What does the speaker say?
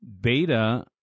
Beta